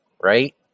right